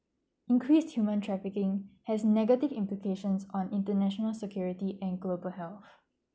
increased human trafficking has negative implications on international security and global health